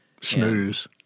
snooze